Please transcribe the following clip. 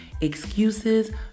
Excuses